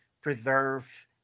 preserve